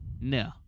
no